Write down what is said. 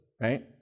right